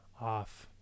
off